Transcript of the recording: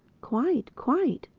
quite, quite,